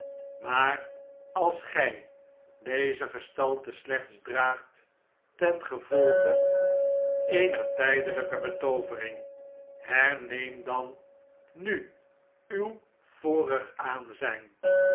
maar als gij deze gestalte slechts draagt ten gevolge eener tijdelijke betoovering herneem dan nu uw vorig aanzijn